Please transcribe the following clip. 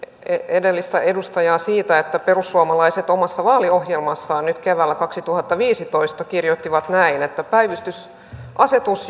edellistä edustajaa siitä että perussuomalaiset omassa vaaliohjelmassaan nyt keväällä kaksituhattaviisitoista kirjoittivat näin että päivystysasetus